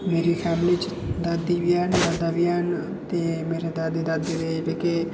मेरी फैमिली च दादी बी है दादा बी हैन ते मेरे दादी दादा दे जेह्के